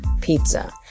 pizza